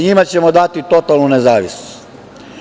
Njima ćemo dati totalnu nezavisnost.